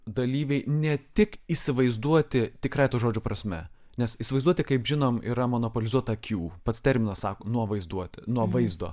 dalyviai ne tik įsivaizduoti tikrąja to žodžio prasme nes įsivaizduoti kaip žinom yra monopolizuota akių pats terminas sako nuo vaizduoti nuo vaizdo